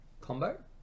Combo